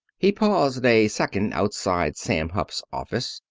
he paused a second outside sam hupp's office,